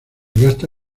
gasta